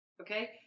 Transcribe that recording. Okay